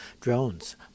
drones